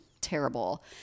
terrible